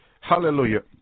Hallelujah